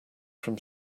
from